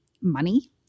money